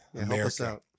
America